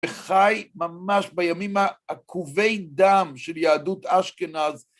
וחי ממש בימים העקובי דם של יהדות אשכנז.